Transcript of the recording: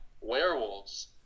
Werewolves